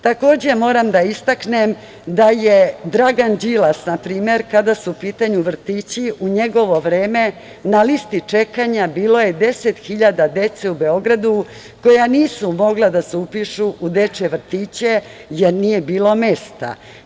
Takođe, moram da istaknem da je Dragan Đilas, na primer, kada su u pitanju vrtići, u njegovo vreme na listi čekanja bilo je 10 hiljada dece u Beogradu koja nisu mogla da se upišu u dečije vrtiće, jer nije bilo mesta.